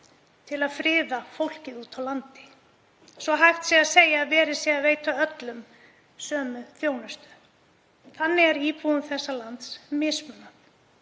til að friða fólkið úti á landi, svo hægt sé að segja að verið sé að veita öllum sömu þjónustu. Þannig er íbúum þessa lands mismunað.